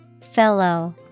Fellow